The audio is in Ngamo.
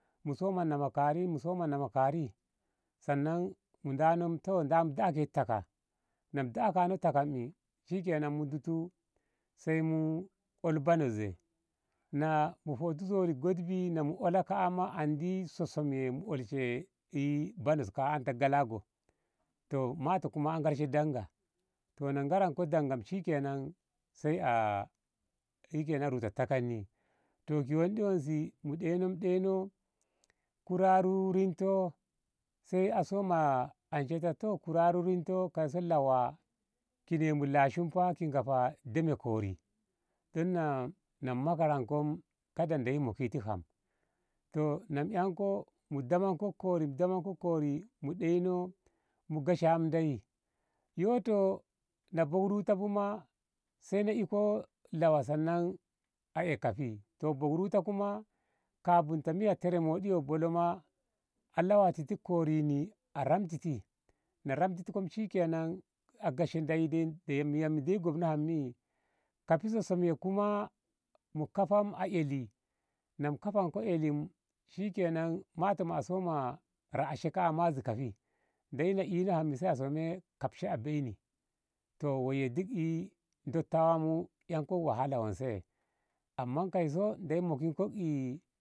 Mu soma nama kari mu soma nama kari sannan mu dano mu daketu takam na mu dakeno takam ei shikenan mu ditu sai mu oli banosse na mu hoti zori godbi na mu ola ka. a andi so somye mu olshe banos ka. a ana ta galago toh mato kuma a olshe danga na ngaranko dangam shikenan sai a shikenan ruta takanni toh ki wonde wonse mu deino mu deino kurari rinto sai a soma anshe ta toh kurari rinto kaiso lawa kine mu lashimfa ki ngafa deme kori na mu makaranko kada ndeyi mokiti ham toh na mu yanƴo mu damankok kori mu damankok kori mu ɗeino mu gesha ham ndeyi yoto na bon ruta bu ma sai na iko lawa sannan a ei kahi toh boi ruta kuma kabun ta miya tere modi yo bolo ma a lawentiti korin ni a ramtiti na ramtiti ko me shikenan a gesha ndeyi na mokno ham kahi so som mu kaha yan mu eli na mu kahon ko eli, ashikenan mato ma a soma rashe ka. a mu ka kahi ndeyi na ino ham ye a soma kahi beini toh waiye dottawanmu yanko wahala wonse woiye amma kaiso ndeyi mokinko e.